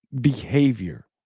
behavior